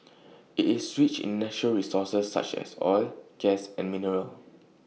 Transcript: IT is rich in natural resources such as oil gas and minerals